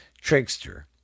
trickster